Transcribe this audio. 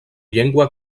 llengua